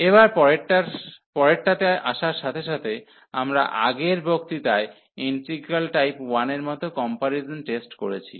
এবার পরেরটাতে আসার সাথে সাথে আমরা আগের বক্তৃতায় ইন্টিগ্রাল টাইপ 1 এর মত কম্পারিজন টেস্ট করেছি